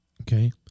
Okay